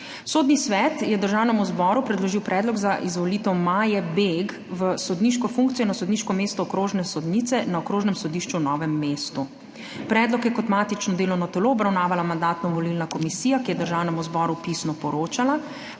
Sodni svet je Državnemu zboru predložil predlog za izvolitev Maje Beg v sodniško funkcijo na sodniško mesto okrožne sodnice na Okrožnem sodišču v Novem mestu. Predlog je kot matično delovno telo obravnavala Mandatno-volilna komisija, ki je Državnemu zboru pisno poročala.